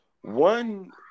One